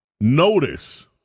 Notice